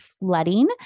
flooding